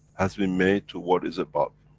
has been made to what is above.